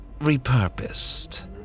repurposed